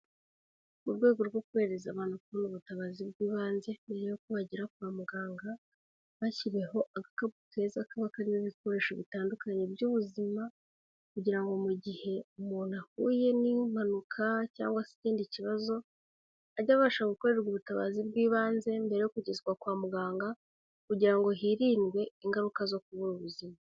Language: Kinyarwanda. Mu rwego rwo korohereza abantu kubona ubutabazi bw'ibanze mbere yuko bagera kwa muganga, bashyiriweho agakapu keza kaba karimo ibikoresho bitandukanye by'ubuzima, kugira ngo mu gihe umuntu ahuye n'impanuka cyangwa se ikindi kibazo, ajye abasha gukorerwa ubutabazi bw'ibanze mbere yo kugezwa kwa muganga, kugira ngo hirindwe ingaruka zo kubura ubuzima.